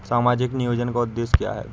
सामाजिक नियोजन का उद्देश्य क्या है?